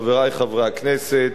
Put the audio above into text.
חברי חברי הכנסת,